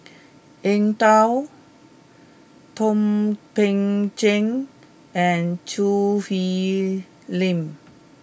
Eng Tow Thum Ping Tjin and Choo Hwee Lim